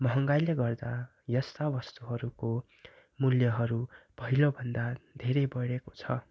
महँगाइले गर्दा यस्ता वस्तुहरूको मूल्यहरू पहिलोभन्दा धेरै बढेको छ